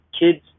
kids